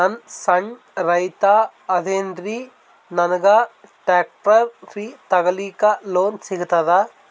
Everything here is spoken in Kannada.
ನಾನ್ ಸಣ್ ರೈತ ಅದೇನೀರಿ ನನಗ ಟ್ಟ್ರ್ಯಾಕ್ಟರಿ ತಗಲಿಕ ಲೋನ್ ಸಿಗತದ?